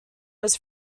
was